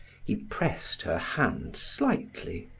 he pressed her hand slightly,